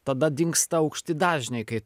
tada dingsta aukšti dažniai kai tu